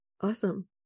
Awesome